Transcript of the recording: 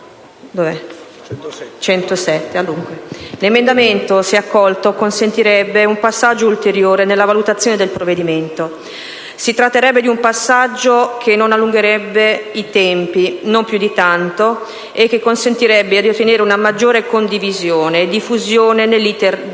l'emendamento 4.107, se accolto, consentirebbe un passaggio ulteriore nella valutazione del provvedimento. Si tratterebbe di un passaggio che non allungherebbe i tempi - più di tanto - e che consentirebbe di ottenere una maggiore condivisione e diffusione nell'*iter* di